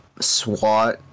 SWAT